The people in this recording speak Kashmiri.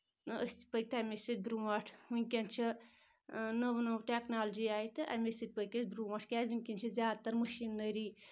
أسۍ تہِ پٔکۍ تَمہِ نِش برونٛٹھ وٕنکؠن چھِ نٔو نٔو ٹؠکنالجی آیہِ تہٕ امہِ سۭتۍ پٔکۍ أسۍ برونٛٹھ کیازِ وٕنکؠن چھِ زیادٕ تر مٔشیٖنٲری